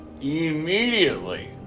Immediately